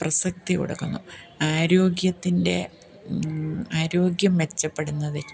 പ്രസക്തി കൊടുക്കുന്നു ആരോഗ്യത്തിൻ്റെ ആരോഗ്യം മെച്ചപ്പെടുന്നതിൽ